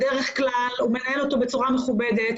דרך כלל הוא מנהל אותו בצורה מכובדת.